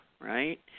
right